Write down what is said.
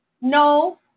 No